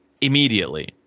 immediately